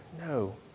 no